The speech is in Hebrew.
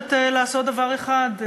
מבקשת לעשות דבר אחד,